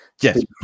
Yes